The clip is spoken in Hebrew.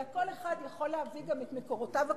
אלא כל אחד יכול להביא גם את מקורותיו הכספיים,